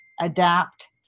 adapt